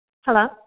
Hello